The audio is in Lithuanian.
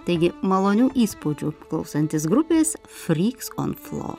taigi malonių įspūdžių klausantis grupės fryks on flo